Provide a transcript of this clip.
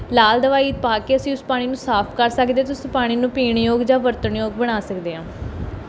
ਲਾਲ ਦਵਾਈ ਪਾ ਕੇ ਅਸੀਂ ਉਸ ਪਾਣੀ ਨੂੰ ਸਾਫ ਕਰ ਸਕਦੇ ਹਾਂ ਅਤੇ ਉਸ ਪਾਣੀ ਨੂੰ ਪੀਣ ਯੋਗ ਜਾਂ ਵਰਤਣ ਯੋਗ ਬਣਾ ਸਕਦੇ ਹਾਂ